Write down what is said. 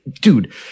dude